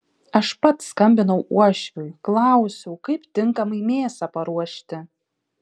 aš pats skambinau uošviui klausiau kaip tinkamai mėsą paruošti